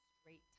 straight